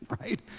right